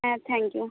হ্যাঁ thank you